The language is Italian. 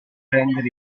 prendere